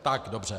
Tak dobře.